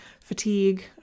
fatigue